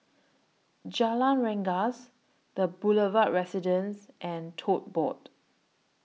Jalan Rengas The Boulevard Residence and Tote Board